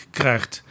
krijgt